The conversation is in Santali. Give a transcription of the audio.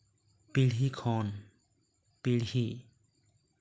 ᱯᱤᱲᱦᱤ ᱠᱷᱚᱱ ᱯᱤᱲᱦᱤ